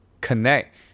connect